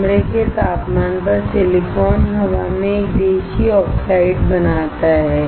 कमरे के तापमान पर सिलिकॉन हवा में एक नेटिव ऑक्साइड बनाता है